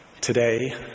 Today